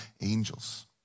angels